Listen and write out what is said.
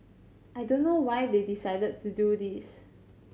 I don't know why they decided to do this